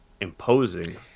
imposing